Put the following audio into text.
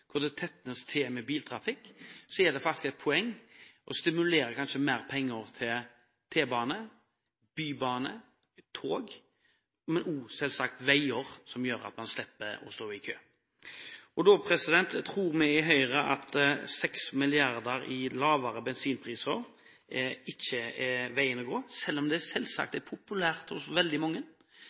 der det tettes til med biltrafikk, er det et poeng å stimulere til mer penger til T-bane, bybane, tog og selvsagt veier, som gjør at man slipper å stå i kø. Vi i Høyre tror ikke at 6 mrd. kr i lavere bensinpriser er veien å gå, selv om det selvsagt er populært hos veldig mange.